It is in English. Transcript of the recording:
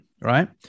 right